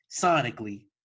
sonically